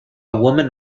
woman